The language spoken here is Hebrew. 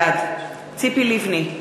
בעד ציפי לבני,